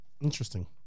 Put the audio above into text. Interesting